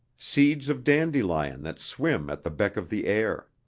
seeds of dandelion that swim at the beck of the air.